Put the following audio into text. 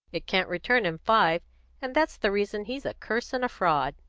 it can't return him five and that's the reason he's a curse and a fraud.